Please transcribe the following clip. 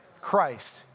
Christ